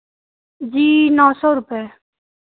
जी नौ सौ रुपये